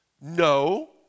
No